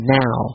now